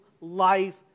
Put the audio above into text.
life